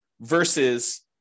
versus